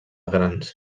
grans